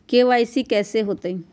KYC कैसे होतई?